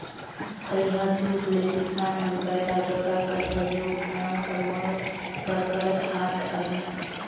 तइहा जुग ले किसान मन पैरा डोरा कर परियोग धान कर मोएर बर करत आत अहे